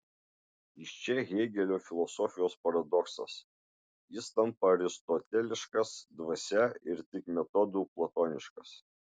iš čia hėgelio filosofijos paradoksas jis tampa aristoteliškas dvasia ir tik metodu platoniškas